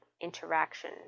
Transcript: interaction